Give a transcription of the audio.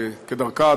כדרכה,